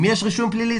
אם יש רישום פלילי,